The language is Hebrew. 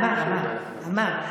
אמר, אמר.